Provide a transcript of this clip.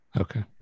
Okay